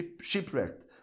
shipwrecked